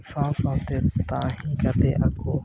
ᱥᱟᱶᱼᱥᱟᱶᱛᱮ ᱛᱟᱦᱮᱸ ᱠᱟᱛᱮᱫ ᱟᱠᱚ